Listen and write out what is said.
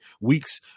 weeks